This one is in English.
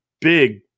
big